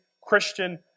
Christian